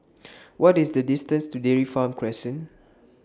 What IS The distance to Dairy Farm Crescent